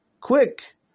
quick